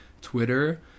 Twitter